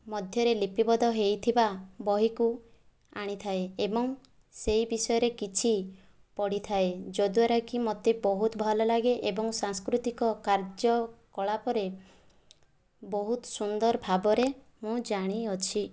ମଧ୍ୟରେ ଲିପିବଦ୍ଧ ହୋଇଥିବା ବହିକୁ ଆଣିଥାଏ ଏବଂ ସେହି ବିଷୟରେ କିଛି ପଡ଼ିଥାଏ ଯଦ୍ଵାରା କି ମୋତେ ବହୁତ ଭଲ ଲାଗେ ଏବଂ ସାଂସ୍କୃତିକ କାର୍ଯ୍ୟକଳାପରେ ବହୁତ ସୁନ୍ଦର ଭାବରେ ମୁଁ ଜାଣିଅଛି